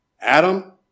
Adam